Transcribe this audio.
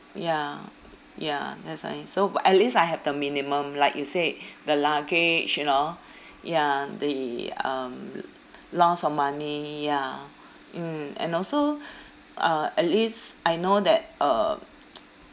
ya ya that's nice so at least I have the minimum like you say the luggage you know ya the um l~ loss of money ya mm and also uh at least I know that uh